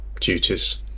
duties